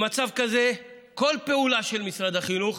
במצב כזה, כל פעולה של משרד החינוך